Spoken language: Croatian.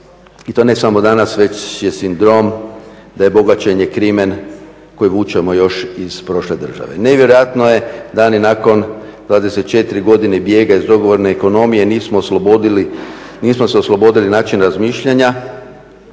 i to ne samo danas već je sindrom da je bogaćenje krimen koji vučemo još iz prošle države. Nevjerojatno je da ni nakon 24 godine bijega iz odgovorne ekonomije nismo oslobodili, nismo se oslobodili načina razmišljanja